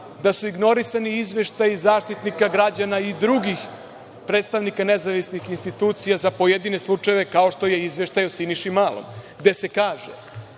da su ignorisani izveštaji Zaštitnika građana i drugih predstavnika nezavisnih institucija za pojedine slučajeve, kao što je izveštaj o Siniši Malom, gde se kaže,